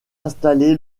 installé